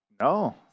No